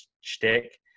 shtick